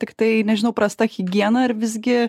tiktai nežinau prasta higiena ar visgi